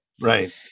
right